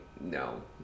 No